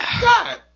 God